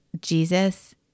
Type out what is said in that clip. Jesus